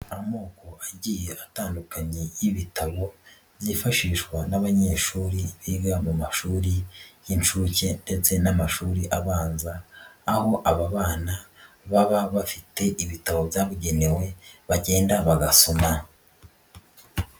Amoko agiye atandukanye y'ibitabo byifashishwa n'abanyeshuri biga mu mashuri y'inshuke ndetse n'amashuri abanza, aho aba bana baba bafite ibitabo byabugenewe, bagenda bagasoma.